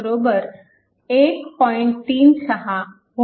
36V मिळाले